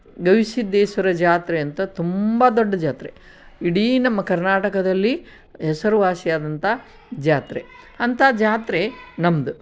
ಗವಿಸಿದ್ದೇಶ್ವರ ಜಾತ್ರೆ ಅಂತ ತುಂಬ ದೊಡ್ಡ ಜಾತ್ರೆ ಇಡೀ ನಮ್ಮ ಕರ್ನಾಟಕದಲ್ಲಿ ಹೆಸರುವಾಸಿಯಾದಂಥ ಜಾತ್ರೆ ಅಂತ ಜಾತ್ರೆ ನಮ್ದು